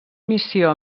missió